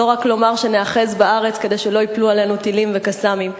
לא רק לומר שניאחז בארץ כדי שלא ייפלו עלינו טילים ו"קסאמים".